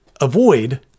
avoid